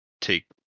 take